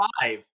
five